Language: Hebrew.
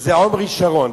וזה עמרי שרון.